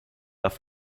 darf